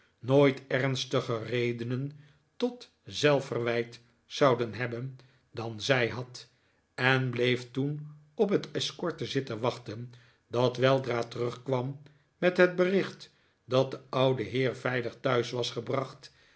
nooit ernstiger redenen tot zelfverwijt zouden hebben dan zij had en bleef toen op het escorte zitten wachten dat weldra terugkwam met het bericht dat de oude heer veilig thuis was gebracht